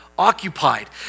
Occupied